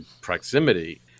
proximity